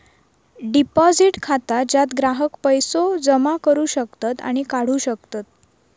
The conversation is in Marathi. डिपॉझिट खाता ज्यात ग्राहक पैसो जमा करू शकतत आणि काढू शकतत